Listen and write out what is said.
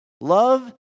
love